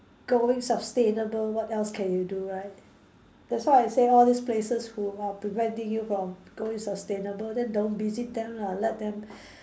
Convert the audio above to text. going sustainable what else can you do right that's why I say all these place who are preventing you from going sustainable then don't visit them lah let them